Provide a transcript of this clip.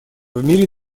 мире